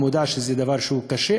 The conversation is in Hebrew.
מודע לכך שזה דבר שהוא קשה,